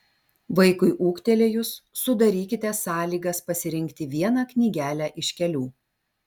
vaikui ūgtelėjus sudarykite sąlygas pasirinkti vieną knygelę iš kelių